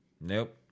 Nope